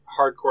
hardcore